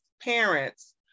parents